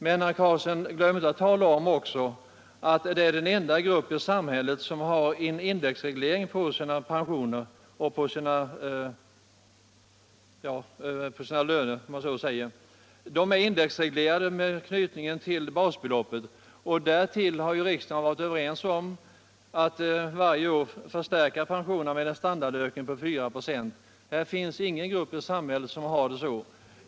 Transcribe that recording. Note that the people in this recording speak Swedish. Men, herr Carlsson, glöm inte att också tala om att detta är den enda grupp i samhället som har en indexreglering av sina löner — Om jag så får säga. De är indexreglerade med anknytning till basbeloppet. Därtill har ju riksdagen varit överens om att varje år förstärka pensionerna med en standardökning på 4 96. Det finns ingen annan grupp i samhället som har det så.